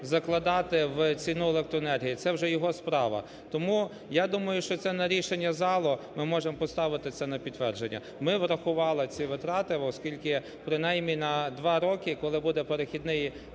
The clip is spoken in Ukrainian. закладати в ціну електроенергії, це вже його справа. Тому, я думаю, що це на рішення залу, ми можем поставити це на підтвердження. Ми врахували ці витрати, оскільки принаймні на два роки, коли буде перехідний